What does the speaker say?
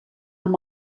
amb